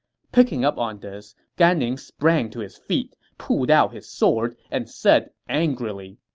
picking up on this, gan ning sprang to his feet, pulled out his sword, and said angrily,